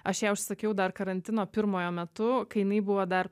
aš ją užsisakiau dar karantino pirmojo metu kai jinai buvo dar